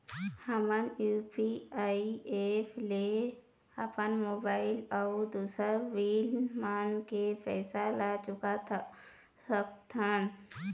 हमन UPI app ले अपन मोबाइल अऊ दूसर बिल मन के पैसा ला चुका सकथन